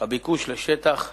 הביקוש לשטח לנפש,